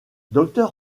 docteur